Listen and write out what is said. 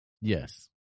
Yes